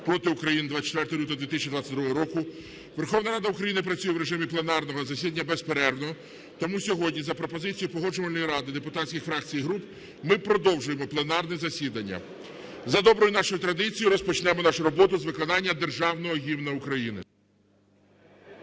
проти України 24 лютого 2022 року" – Верховна Рада України працює в режимі пленарного засідання безперервно. Тому сьогодні за пропозицією Погоджувальної ради депутатських фракцій і груп ми продовжуємо пленарне засідання. За доброю нашою традицією розпочнемо нашу роботу з виконання Державного Гімну України.